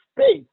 space